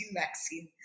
vaccine